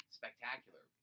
spectacular